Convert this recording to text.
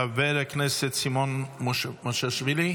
חבר הכנסת סימון מושיאשוילי,